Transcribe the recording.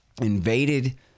invaded